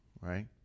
Right